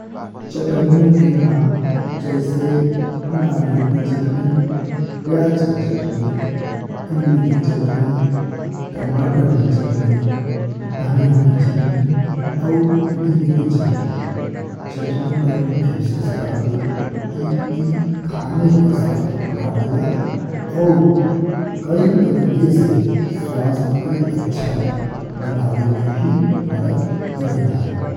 चटनियन के नाम जैसे नारियल की चटनी, प्याज की चटनी, इमली की चटनी, टमाटर की चटनी, धनिया की चटनी, और पुदीने की चटनी। चटनी का मुख्य विशेषता हवे कि ई खाने का स्वाद बढ़ा देला और कई तरीके से स्वास्थ्य के अच्छा बनावे में भी मदद करेला।